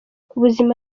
ubuzima